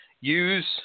use